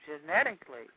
genetically